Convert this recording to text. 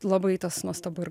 labai tas nuostabu ir